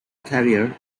career